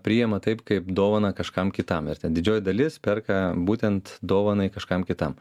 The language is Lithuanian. priima taip kaip dovaną kažkam kitam didžioji dalis perka būtent dovanai kažkam kitam